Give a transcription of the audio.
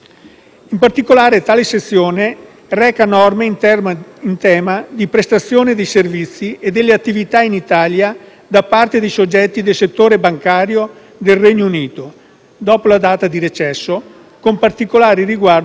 reca norme in tema di prestazione dei servizi e delle attività in Italia da parte di soggetti del settore bancario del Regno Unito dopo la data di recesso, con particolare riguardo al periodo transitorio.